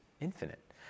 infinite